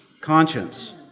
conscience